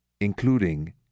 including